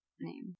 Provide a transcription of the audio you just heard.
Name